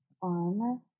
Fun